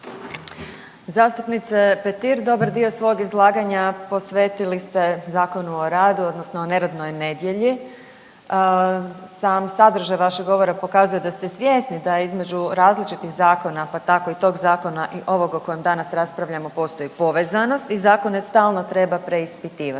Zastupnice Petir dobar dio svog izlaganja posvetili ste Zakonu o radu, odnosno o neradnoj nedjelji. Sam sadržaj vašeg govora pokazuje da ste svjesni da je između različitih zakona, pa tako i tog zakona i ovog o kojem danas raspravljamo postoji povezanost. I zakone stalno treba preispitivati.